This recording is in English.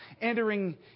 entering